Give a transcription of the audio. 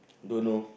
don't know